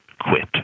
quit